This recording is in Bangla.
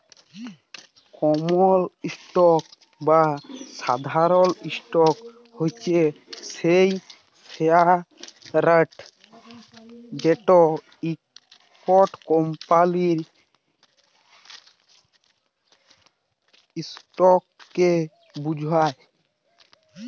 কমল ইসটক বা সাধারল ইসটক হছে সেই শেয়ারট যেট ইকট কমপালির ইসটককে বুঝায়